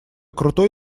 крутой